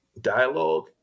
dialogue